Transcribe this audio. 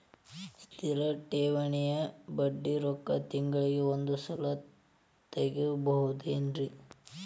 ಸ್ಥಿರ ಠೇವಣಿಯ ಬಡ್ಡಿ ರೊಕ್ಕ ತಿಂಗಳಿಗೆ ಒಂದು ಸಲ ತಗೊಬಹುದೆನ್ರಿ?